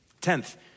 Tenth